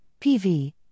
PV